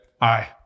Aye